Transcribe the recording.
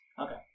Okay